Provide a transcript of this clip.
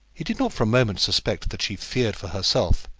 he did not for a moment suspect that she feared for herself,